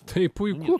tai puiku